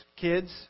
kids